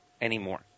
anymore